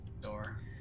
Door